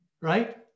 Right